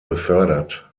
befördert